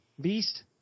Beast